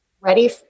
ready